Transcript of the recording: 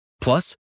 Plus